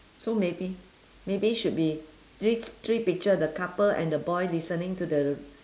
so maybe maybe should be these three picture the couple and the boy listening to the